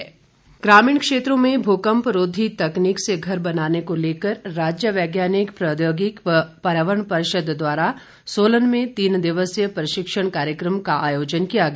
शिविर ग्रामीण क्षेत्रों में भूकंप रोधी तकनिक से घर बनाने को लेकर राज्य वैज्ञानिक प्रौद्योगिक व पर्यावरण परिषद द्वारा सोलन में तीन दिवसीय प्रशिक्षिण कार्यक्रम का आयोजन किया गया